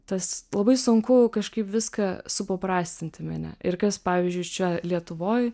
tas labai sunku kažkaip viską supaprastinti mene ir kas pavyzdžiui čia lietuvoj